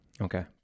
Okay